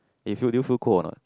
if you do you feel cold or not